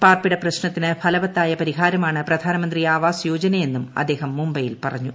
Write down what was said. പാർപ്പിട പ്രശ്നത്തിന് ഫലവത്തായ പരിഹാരമാണ് പ്രധാനമന്ത്രി ആവാസ് യോജനയെന്നും അദ്ദേഹം മുംബൈയിൽ പറഞ്ഞു